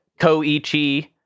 Koichi